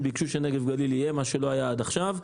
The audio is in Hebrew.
הם ביקשנו שנגב גליל יהיה, מה שלא היה עד עכשיו.